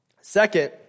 Second